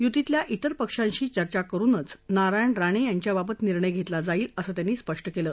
युतीतल्या ित्वर पक्षांशी चर्चा करुनच नारायण राणे यांच्याबाबत निर्णय घेतला जाईल असं त्यांनी स्पष्ट केलं